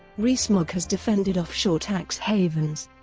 rees-mogg has defended offshore tax havens,